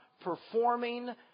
performing